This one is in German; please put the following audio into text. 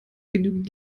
genügend